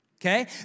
Okay